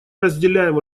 разделяем